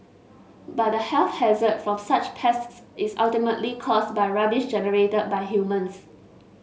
but the health hazard from such pests is ultimately caused by rubbish generated by humans